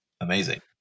amazing